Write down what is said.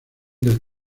del